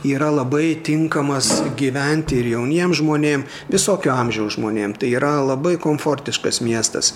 yra labai tinkamas gyventi ir jauniem žmonėm visokio amžiaus žmonėm tai yra labai komfortiškas miestas